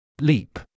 Leap